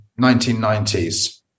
1990s